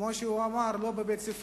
כמו שהוא אמר "לא בבית-ספרנו",